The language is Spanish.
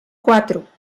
cuatro